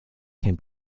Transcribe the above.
can